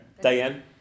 Diane